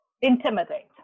intimidate